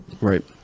Right